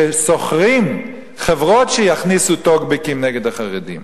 ששוכרות חברות שיכניסו טוקבקים נגד החרדים.